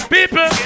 People